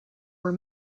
were